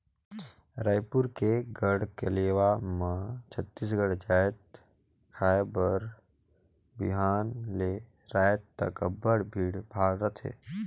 रइपुर के गढ़कलेवा म छत्तीसगढ़ जाएत खाए बर बिहान ले राएत तक अब्बड़ भीड़ भाड़ रहथे